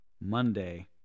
monday